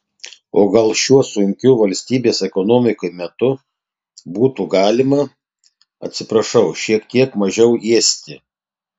o gal šiuo sunkiu valstybės ekonomikai metu būtų galima atsiprašau šiek tiek mažiau ėsti